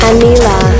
Anila